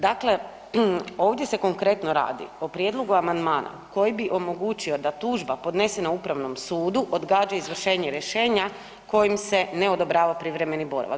Dakle, ovdje se konkretno radi o prijedlogu amandmana koji bi omogućio da tužba podnesena Upravnom sudu odgađa izvršenje rješenja kojim se ne odobrava privremeni boravak.